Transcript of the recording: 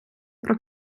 про